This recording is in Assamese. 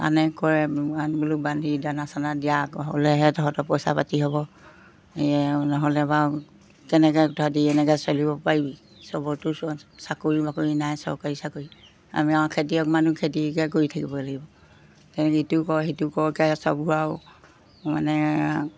আনে কৰে বোলো বান্ধি দানা চানা দিয়া আগ্ৰহ হ'লেহে তহঁতৰ পইচা পাতি হ'ব এই নহ'লে বাৰু কেনেকৈ তহঁতে এনেকৈ চলিব পাৰিবি সবৰতো চাকৰি বাকৰি নাই চৰকাৰী চাকৰি আমি আৰু খেতিয়ক মানুহ খেতিকে কৰি থাকিবই লাগিব তেনেকৈ ইটো কৰ সিটো কৰকে সববোৰ আৰু মানে